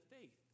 faith